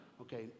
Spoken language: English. Okay